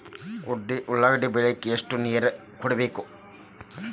ಉಳ್ಳಾಗಡ್ಡಿ ಬೆಳಿಲಿಕ್ಕೆ ಎಷ್ಟು ನೇರ ಕೊಡಬೇಕು?